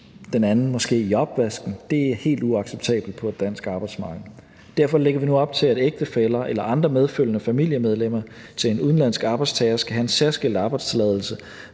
den anden måske i opvasken. Det er helt uacceptabelt på et dansk arbejdsmarked. Derfor lægger vi nu op til, at ægtefæller eller andre medfølgende familiemedlemmer til en udenlandsk arbejdstager skal have en særskilt arbejdstilladelse